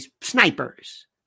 snipers